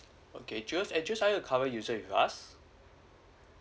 okay do you do you currently a user with us